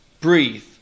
Breathe